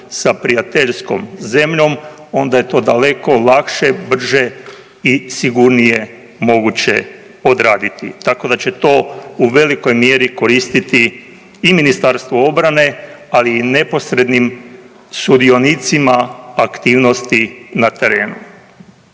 sa prijateljskom zemljom onda je to daleko lakše, brže i sigurnije moguće odraditi. Tako da će to u velikoj mjeri koristiti i Ministarstvu obrane, ali i neposrednim sudionicima aktivnosti na terenu.